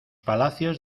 palacios